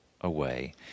away